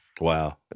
Wow